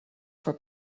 for